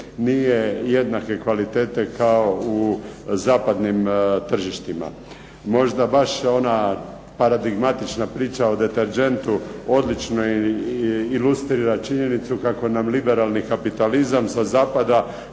nije jednake kvalitete kao u zapadnim tržištima. Možda baš ona paradigmatična priča o deterdžentu odlično ilustrira činjenicu kako nam liberalni kapitalizam sa zapada